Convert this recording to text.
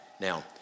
Now